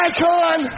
Icon